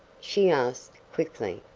she asked, quickly.